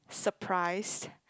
surprise